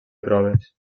proves